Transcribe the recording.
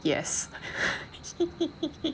yes